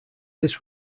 this